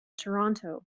toronto